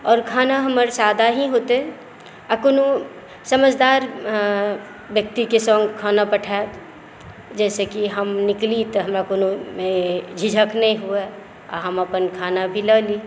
आओर खाना हमर सादा ही हेतै आ कोनो समझदार व्यक्तिके संग खाना पठायब जाहिसॅं कि हम निकली तऽ हमरा कोनो झिझक नहि हुए आ हम अपन खाना भी लऽ ली